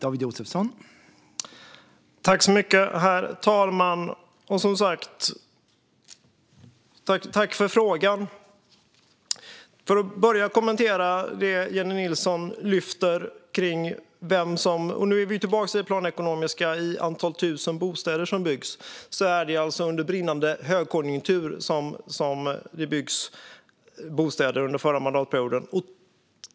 Herr talman! Jag tackar Jennie Nilsson för frågan. Jag ska börja med att kommentera det som Jennie Nilsson lyfter fram, och nu är vi tillbaka i det planekonomiska i antal tusen bostäder som byggs. Det var alltså under brinnande högkonjunktur som det byggdes bostäder under förra mandatperioden.